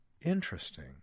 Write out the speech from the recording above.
Interesting